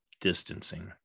distancing